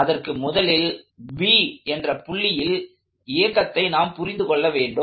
அதற்கு முதலில் B என்ற புள்ளியில் இயக்கத்தை நாம் புரிந்து கொள்ள வேண்டும்